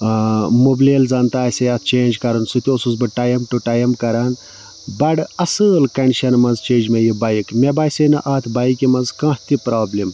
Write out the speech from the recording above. مُبلیل زَنہٕ تہِ آسہِ ہے اَتھ چینج کَرُن سُہ تہِ اوس بہٕ ٹایِم ٹُہ ٹایِم کران بَڑٕ اَصٕل کَنڈِشَن منٛز چھیٚج مےٚ یہِ بایِک مےٚ باسے نہٕ اَتھ بایِکہِ منٛز کانٛہہ تہِ پرٛابلِم